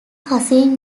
cousin